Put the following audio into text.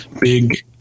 big